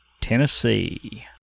Tennessee